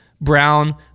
brown